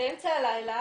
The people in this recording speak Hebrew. באמצע הלילה.